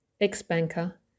ex-banker